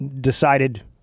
decided